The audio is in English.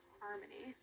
harmony